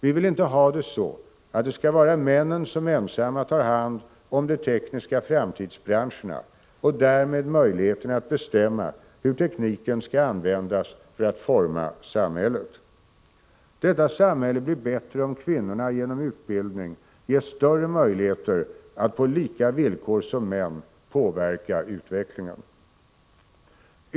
Vi vill inte ha det så att det skall vara männen som ensamma tar hand om de tekniska framtidsbranscherna och därmed möjligheterna att bestämma hur tekniken skall användas för att forma samhället. Detta samhälle blir bättre om kvinnorna genom utbildning ges större möjligheter att på lika villkor som män påverka utvecklingen.